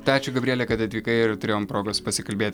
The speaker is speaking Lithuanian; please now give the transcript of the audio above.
tai ačiū gabriele kad atvykai ir turėjom progos pasikalbėti